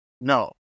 No